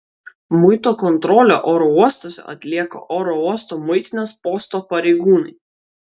muito kontrolę oro uostuose atlieka oro uosto muitinės posto pareigūnai